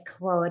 quote